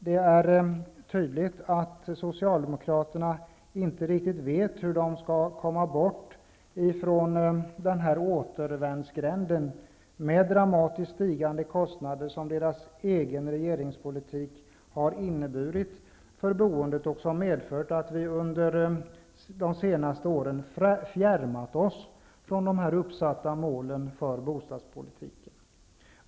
Det är tydligt att Socialdemokraterna inte riktigt vet hur de skall komma bort från den återvändsgränd av dramatiskt stigande kostnader som deras egen regeringspolitik har inneburit för boendet och som medfört att vi under de senaste åren har fjärmat oss från de uppsatta målen för bostadspolitiken.